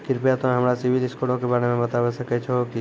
कृपया तोंय हमरा सिविल स्कोरो के बारे मे बताबै सकै छहो कि?